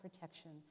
protection